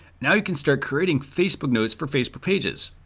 now you can start creating facebook notes for facebook pages.